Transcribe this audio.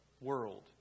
world